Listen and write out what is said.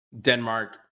Denmark